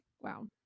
Wow